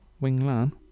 Wing-lan